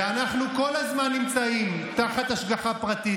ואנחנו כל הזמן נמצאים תחת השגחה פרטית.